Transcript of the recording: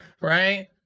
Right